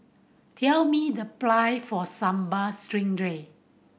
tell me the price for Sambal Stingray